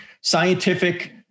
scientific